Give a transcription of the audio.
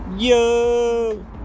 Yo